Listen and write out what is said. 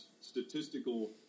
statistical